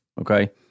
Okay